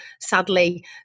sadly